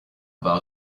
about